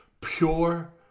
pure